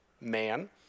man